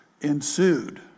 ensued